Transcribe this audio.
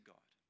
God